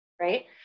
right